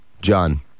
John